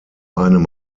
einem